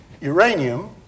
uranium